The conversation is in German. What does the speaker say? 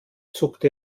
zuckte